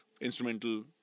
instrumental